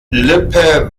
lippe